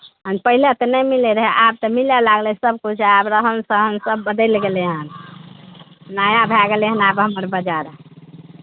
हँ पहिले तऽ नहि मिलैत रहए आब तऽ मिलय लागलै सभकिछु आब रहन सहन सभ बदलि गेलै हन नया भए गेलै हन आब हमर बजार